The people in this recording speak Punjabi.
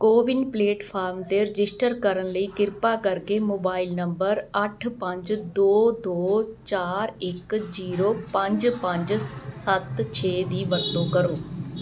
ਕੋਵਿਨ ਪਲੇਟਫਾਰਮ 'ਤੇ ਰਜਿਸਟਰ ਕਰਨ ਲਈ ਕਿਰਪਾ ਕਰਕੇ ਮੋਬਾਈਲ ਨੰਬਰ ਅੱਠ ਪੰਜ ਦੋ ਦੋ ਚਾਰ ਇੱਕ ਜੀਰੋ ਪੰਜ ਪੰਜ ਸੱਤ ਛੇ ਦੀ ਵਰਤੋਂ ਕਰੋ